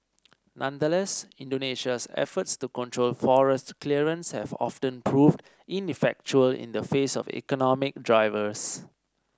nonetheless Indonesia's efforts to control forest clearance have often proved ineffectual in the face of economic drivers